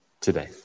today